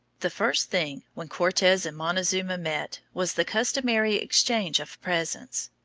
the first thing, when cortes and montezuma met, was the customary exchange of presents.